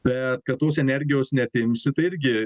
bet kad tos energijos neatimsi tai irgi